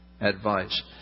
advice